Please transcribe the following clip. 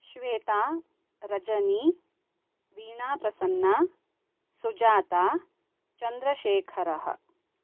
Shweta Rajni Veenaprasanna Sujata चन्द्रशेखरः